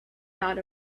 dot